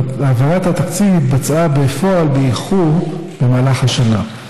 אבל העברת התקציב התבצעה בפועל באיחור במהלך השנה,